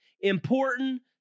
important